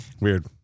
Weird